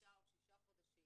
חמישה או שישה חודשים